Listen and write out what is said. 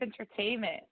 Entertainment